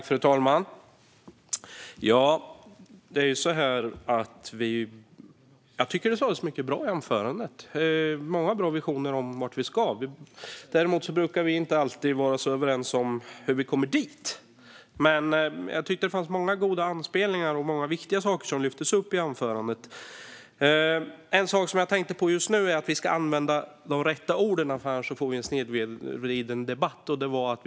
Fru talman! Jag tycker att det sas mycket bra i anförandet. Det finns många bra visioner om vart vi ska. Däremot brukar vi inte alltid vara överens om hur vi kommer dit. Men jag tyckte att det fanns många bra inspel och många viktiga saker som lyftes upp i anförandet. En sak som jag tänker på just nu är att vi ska använda de rätta orden, för annars får vi en snedvridning av debatten.